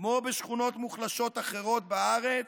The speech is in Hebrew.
כמו בשכונות מוחלשות אחרות בארץ,